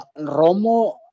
Romo